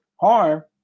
harm